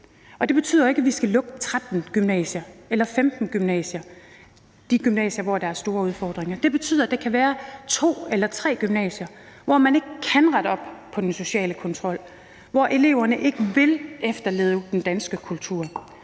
Det betyder ikke, at vi skal lukke 13 gymnasier eller 15 gymnasier, altså de gymnasier, hvor der er store udfordringer. Det betyder, at der kan være 2 eller 3 gymnasier, hvor man ikke kan rette op på den sociale kontrol, og hvor eleverne ikke vil efterleve den danske kultur,